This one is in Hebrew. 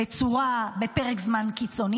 בפרק זמן קיצוני,